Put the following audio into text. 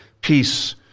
peace